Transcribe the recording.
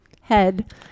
head